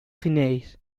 chinees